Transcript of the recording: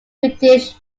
british